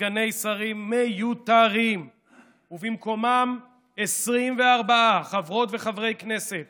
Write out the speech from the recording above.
וסגני שרים מיותרים ובמקומם 24 חברות וחברי כנסת